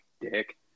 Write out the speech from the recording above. dick